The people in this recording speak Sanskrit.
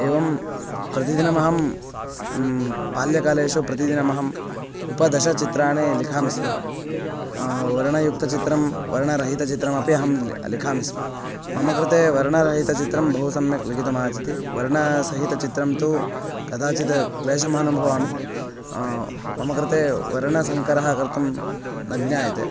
एवं प्रतिदिनमहं बाल्यकाले प्रतिदिनमहम् उपदशचित्राणि लिखामि स्म वर्णयुक्तचित्रं वर्णरहितचित्रमपि अहं लिखामि लिखामि स्म मम कृते वर्णरहितचित्रं बहु सम्यक् लिखितमागच्छति वर्णसहितचित्रे तु कदाचित् क्लेशम् अनुभवामि मम कृते वर्णसङ्करः कर्तुं न ज्ञायते